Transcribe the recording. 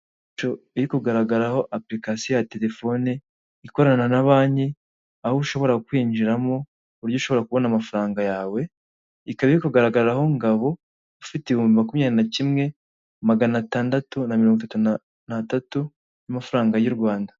I Kanombe mu karere ka Kicukiro, mu mujyi wa Kigali urahabona inzu ikodeshwa ku mafaranga ibihumbi magana atatu mirongo itanu by'amanyarwanda buri kwezi, ifite ibyumba bitatu byo kuraramo n'ibindi bibiri by'ubwogero.